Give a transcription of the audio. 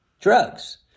drugs